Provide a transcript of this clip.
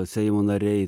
seimo nariai